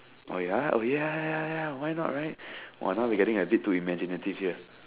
oh ya oh ya ya ya why not right !wah! now we getting a bit too imaginative here